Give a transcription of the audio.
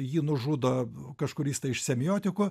jį nužudo kažkuris tai iš semiotikų